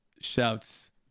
Shouts